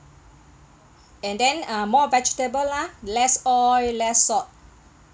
and then uh more vegetable lah less oil less salt